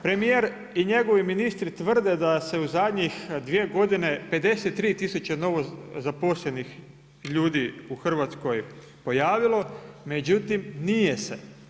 Premijer i njegovi ministri tvrde da se u zadnjih dvije godine 53 tisuće novozaposlenih ljudi u Hrvatskoj pojavilo, međutim nije se.